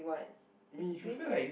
[what] explain lah